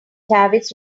tavis